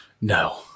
No